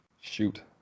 Shoot